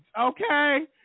Okay